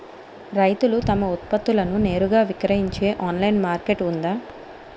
రైతులు తమ ఉత్పత్తులను నేరుగా విక్రయించే ఆన్లైన్ మార్కెట్ ఉందా?